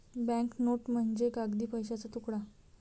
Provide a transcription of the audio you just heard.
bank note म्हणजे कागदी पैशाचा तुकडा